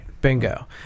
Bingo